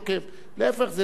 זה לרווחת כולם,